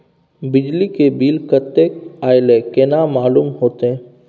बिजली के बिल कतेक अयले केना मालूम होते?